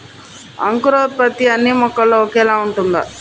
అంకురోత్పత్తి అన్నీ మొక్కల్లో ఒకేలా ఉంటుందా?